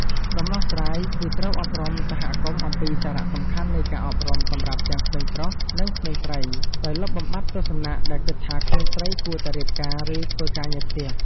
ដំណោះស្រាយគឺត្រូវ អប់រំសហគមន៍អំពីសារៈសំខាន់នៃការអប់រំសម្រាប់ទាំងក្មេងប្រុស និងក្មេងស្រី ដោយលុបបំបាត់ទស្សនៈដែលគិតថាក្មេងស្រីគួរតែរៀបការ ឬធ្វើការងារផ្ទះ។